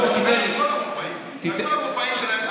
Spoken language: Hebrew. על כל המופעים שלהם,